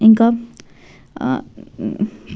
ఇంకా